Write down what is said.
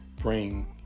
bring